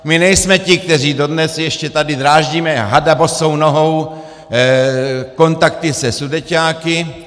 My nejsme ti, kteří dodnes ještě tady dráždíme hada bosou nohou kontakty se sudeťáky.